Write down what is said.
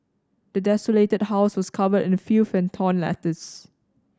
the desolated house was covered in filth and torn letters